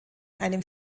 einem